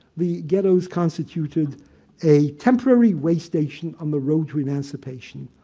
the ghettos constituted a temporary waystation on the road to emancipation.